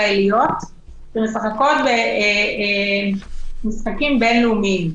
ישראליות שמשחקות במשחקים בין-לאומיים.